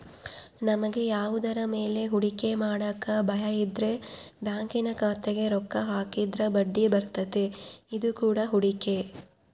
ನಮಗೆ ಯಾವುದರ ಮೇಲೆ ಹೂಡಿಕೆ ಮಾಡಕ ಭಯಯಿದ್ರ ಬ್ಯಾಂಕಿನ ಖಾತೆಗೆ ರೊಕ್ಕ ಹಾಕಿದ್ರ ಬಡ್ಡಿಬರ್ತತೆ, ಇದು ಕೂಡ ಹೂಡಿಕೆ